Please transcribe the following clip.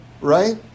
right